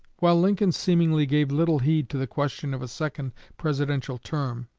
while lincoln seemingly gave little heed to the question of a second presidential term,